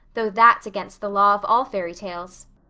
though that's against the law of all fairy tales.